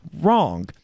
wrong